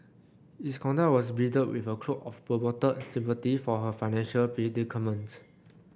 his conduct was bridled with a cloak of purported sympathy for her financial predicament